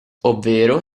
ovvero